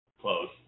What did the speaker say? Close